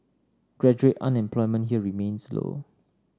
graduate unemployment here remains low